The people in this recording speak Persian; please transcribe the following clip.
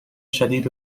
شدید